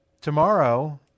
tomorrow